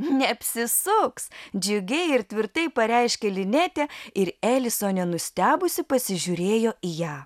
neapsisuks džiugiai ir tvirtai pareiškė linetė ir elisonė nustebusi pasižiūrėjo į ją